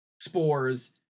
spores